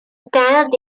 standard